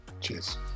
Cheers